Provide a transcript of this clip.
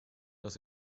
dass